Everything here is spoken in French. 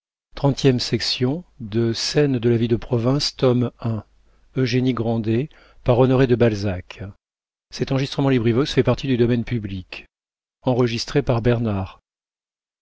de la vie de province tome i author honoré de balzac